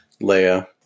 Leia